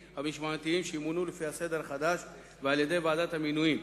המשמעתיים שימונו לפי הסדר החדש ועל-ידי ועדת המינויים,